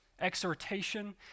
exhortation